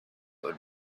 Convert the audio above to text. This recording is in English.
would